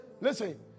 Listen